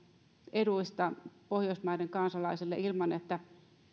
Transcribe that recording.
eduista pohjoismaiden kansalaisille ilman että